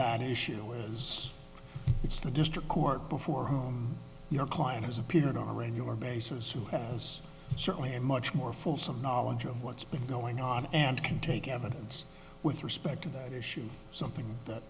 that issue is it's the district court before whom your client has appeared on a regular basis who has certainly a much more fulsome knowledge of what's been going on and can take evidence with respect to that issue something that